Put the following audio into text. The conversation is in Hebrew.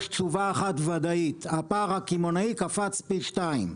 יש תשובה אחת ודאית, הפער הקמעונאי קפץ פי שניים.